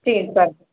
change ਕਰ ਦੇਓ